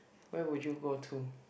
where would you go to